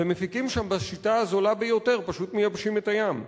ומפיקים שם בשיטה הזולה ביותר פשוט מייבשים את הים.